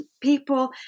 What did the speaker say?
people